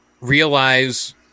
realize